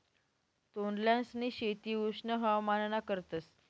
तोंडल्यांसनी शेती उष्ण हवामानमा करतस